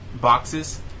boxes